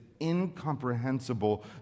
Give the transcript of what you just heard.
incomprehensible